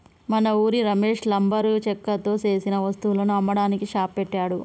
మన ఉరి రమేష్ లంబరు చెక్కతో సేసిన వస్తువులను అమ్మడానికి షాప్ పెట్టాడు